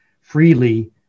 freely